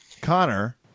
Connor